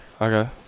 Okay